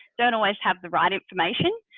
don't always have the right information.